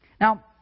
Now